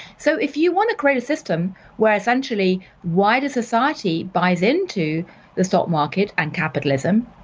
so if you want to create a system where essentially wider society buys into the stock market and capitalism,